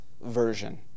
version